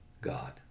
God